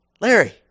Larry